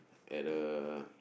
at a